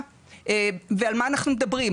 ועל מה אנחנו מדברים?